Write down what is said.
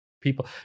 People